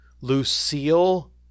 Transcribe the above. Lucille